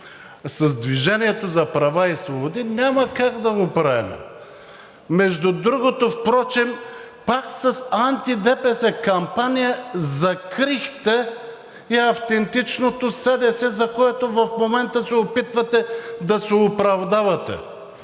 с „Движение за права и свободи“, няма как да го правите. Между другото, пак с анти ДПС кампания закрихте и автентичното СДС, за което в момента се опитвате да се оправдавате.